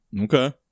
okay